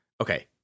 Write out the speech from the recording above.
okay